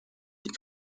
die